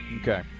Okay